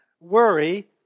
Worry